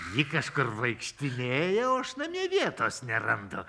lyg kažkur vaikštinėjau aš namie vietos nerandu